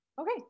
Okay